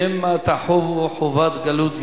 שמא תחובו חובת גלות,